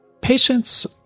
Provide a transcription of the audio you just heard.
Patients